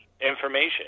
information